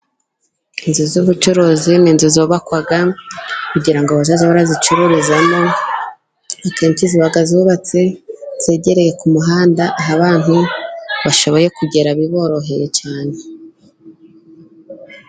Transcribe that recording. Inzu z'ubucuruzi ni inzu zubakwa kugira ngo bazajye bazicururizamo. Akenshi ziba zubatse zegereye ku muhanda, aho abantu bashoboye kugera biboroheye cyane.